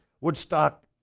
Woodstock